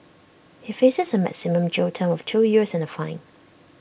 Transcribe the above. he faces A maximum jail term of two years and A fine